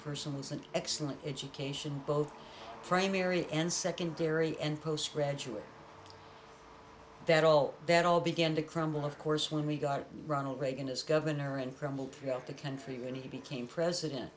person was an excellent education both primary and secondary and postgraduate that all that all began to crumble of course when we got ronald reagan as governor and crumble to help the country when he became president